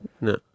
no